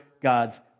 God's